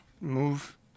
move